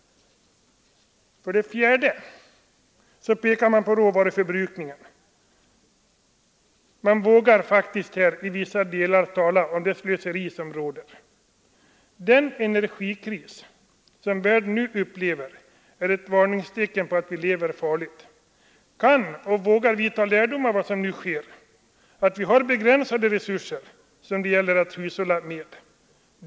Det fjärde skäl man pekar på är råvaruförbrukningen. Man vågar på vissa håll tala om det slöseri som råder. Den energikris som världen nu upplever är ett varningstecken på att vi lever farligt. Kan och vågar vi ta lärdom av vad som nu sker och inse att vi har begränsade resurser som det gäller att hushålla med?